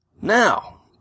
Now